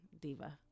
diva